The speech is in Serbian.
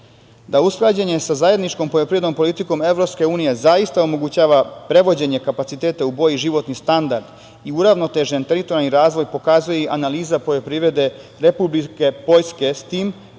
usklađivanje sa zajedničkom poljoprivrednom politikom EU zaista omogućava prevođenje kapaciteta u bolji životni standard i uravnotežen teritorijalni razvoj pokazuje i analiza poljoprivrede Republike Poljske, s tim